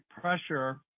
pressure